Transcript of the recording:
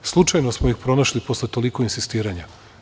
Slučajno smo ih pronašli posle toliko insistiranja.